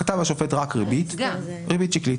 כתב השופט רק ריבית - ריבית שקלית.